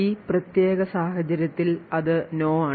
ഈ പ്രത്യേക സാഹചര്യത്തിൽ അത് No ആണ്